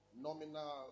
nominal